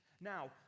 Now